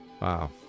Wow